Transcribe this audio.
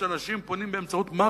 שאנשים פונים אליו באמצעות מאכערים?